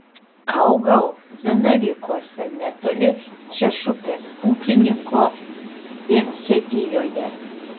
augau zanavykuose netoli šešupės ūkininko viensėdijoje